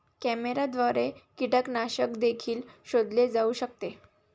कॅमेऱ्याद्वारे कीटकनाशक देखील शोधले जाऊ शकते